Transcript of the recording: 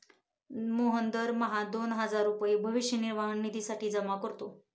मोहन दर महीना दोन हजार रुपये भविष्य निर्वाह निधीसाठी जमा करतो